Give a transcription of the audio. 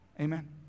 Amen